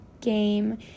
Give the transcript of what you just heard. game